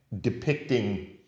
depicting